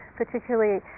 particularly